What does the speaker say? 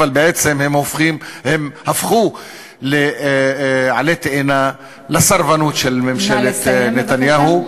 אבל בעצם הם הפכו לעלה תאנה לסרבנות של ממשלת נתניהו,